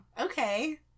okay